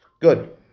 Good